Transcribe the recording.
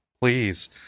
please